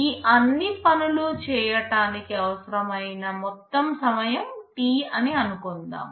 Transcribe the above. ఈ అన్ని పనులు చెయ్యటానికి అవసరమైన మొత్తం సమయం T అని అనుకుందాం